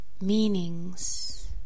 meanings